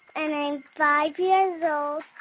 and i'm five yeah you know